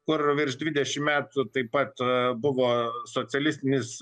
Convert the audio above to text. kur virš dvidešim metų taip pat buvo socialistinis